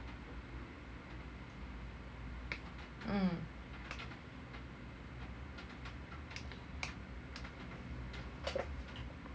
mm